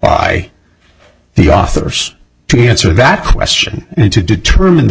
by the authors to answer that question and to determine the